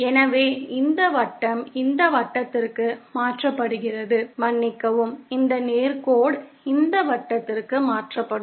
எனவே இந்த வட்டம் இந்த வட்டத்திற்கு மாற்றப்படுகிறது மன்னிக்கவும் இந்த நேர் கோடு இந்த வட்டத்திற்கு மாற்றப்படும்